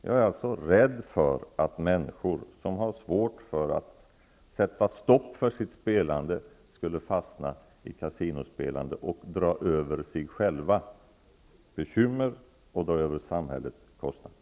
Jag är alltså rädd för att människor som har svårt för att sätta stopp för sitt spelande skall fastna i kasinospelande och dra på sig själva bekymmer och förorsaka samhället kostnader.